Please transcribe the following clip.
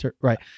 right